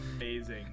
amazing